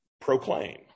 proclaim